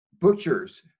butchers